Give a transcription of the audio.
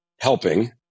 helping